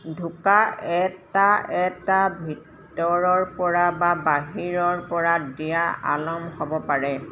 ঢোকা এটা এটা ভিতৰৰপৰা বা বাহিৰৰপৰা দিয়া আলম হ'ব পাৰে